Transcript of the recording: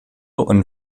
und